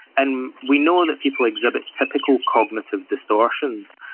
and we know that people exhibit typical cognitive distortions.